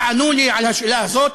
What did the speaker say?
תענו לי על השאלה הזאת.